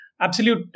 absolute